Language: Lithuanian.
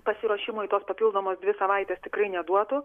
pasiruošimui tos papildomos dvi savaites tikrai neduotų